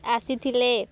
ଆସିଥିଲେ